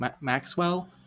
Maxwell